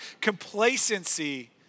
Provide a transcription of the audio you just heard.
complacency